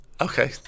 okay